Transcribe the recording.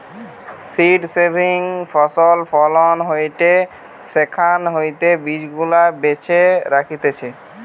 seed saving ফসল ফলন হয়টে সেখান হইতে বীজ গুলা বেছে রাখতিছে